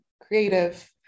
creative